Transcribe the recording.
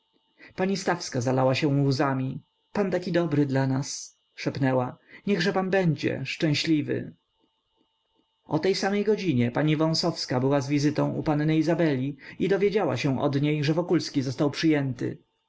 pani stawska zalała się łzami pan taki dobry dla nas szepnęła niechże pan będzie szczęśliwy o tej samej godzinie pani wąsowska była z wizytą u panny izabeli i dowiedziała się od niej